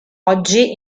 oggi